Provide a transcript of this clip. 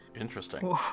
interesting